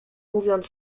mówiąc